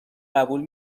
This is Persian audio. قبول